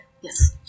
yes